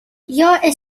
jag